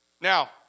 Now